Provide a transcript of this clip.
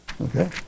Okay